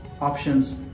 options